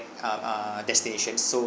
uh uh destination so